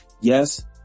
yes